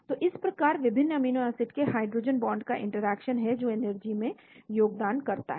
तो इस प्रकार विभिन्न अमीनो एसिड के हाइड्रोजन बांड का इंटरेक्शन है जो एनर्जी में योगदान करता है